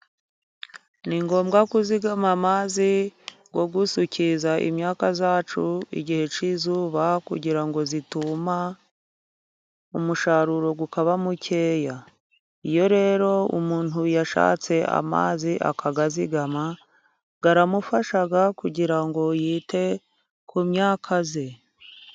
Ni ngombwa kuzigama amazi yo gusukira imyaka yacu igihe cy'izuba. Kugira ngo zituma, umusaruro ukaba muke. Iyo rero umuntu yashatse amazi akayazigama. Aramufashaga kugira ngo yite ku myaka ye.